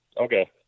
okay